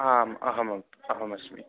आम् अहमम् अहमस्मि